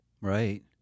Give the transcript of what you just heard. Right